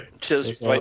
Cheers